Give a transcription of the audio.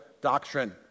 doctrine